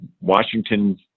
Washington